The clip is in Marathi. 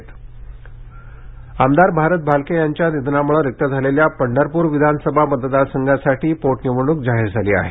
पंढरपर पोटनिवडणक आमदार भारत भालके यांच्या निधनामुळे रिक्त झालेल्या पंढरपूर विधानसभा मतदारसंघासाठी पोटनिवडणूक जाहीर झाली आहे